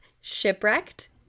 shipwrecked